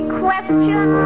question